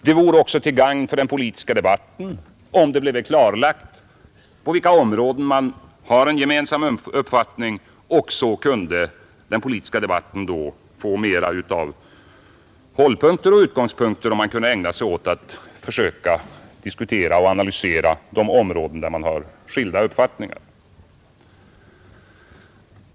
Det vore också till gagn för den politiska debatten om det blev klarlagt på vilka områden man har en gemensam uppfattning — då kunde den politiska debatten få mera av hållpunkter och utgångspunkter, och man kunde ägna sig åt att försöka diskutera och analysera de områden där man har skilda uppfattningar.